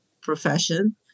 profession